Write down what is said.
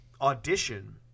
Audition